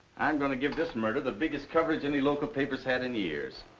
i'm gonna give this murder the biggest coverage any local paper's had in years.